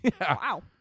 Wow